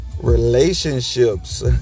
Relationships